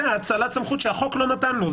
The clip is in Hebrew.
זה האצלת סמכות שהחוק לא נתן לו.